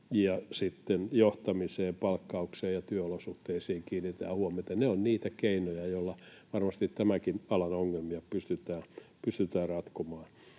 johtamiseen, palkkaukseen ja työolosuhteisiin kiinnitetään huomiota — ovat niitä keinoja, joilla varmasti tämänkin alan ongelmia pystytään ratkomaan.